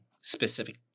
specific